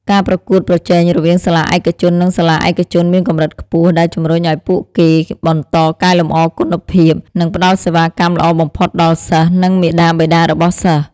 ការប្រកួតប្រជែងរវាងសាលាឯកជននិងសាលាឯកជនមានកម្រិតខ្ពស់ ដែលជំរុញឱ្យពួកគេ បន្តកែលម្អគុណភាព និងផ្តល់សេវាកម្មល្អបំផុតដល់សិស្ស និងមាតាបិតារបស់សិស្ស។